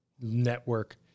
network